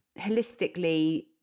holistically